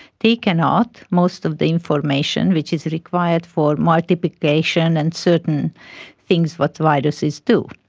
take and out most of the information which is required for multiplication and certain things what viruses do.